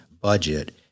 budget